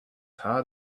hard